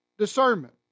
Discernment